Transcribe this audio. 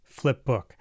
flipbook